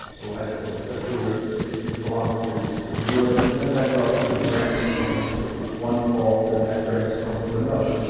oh i don't know, fifty or sixty kilometers to the north and then that rupture branched on to one fault and that branched on to another.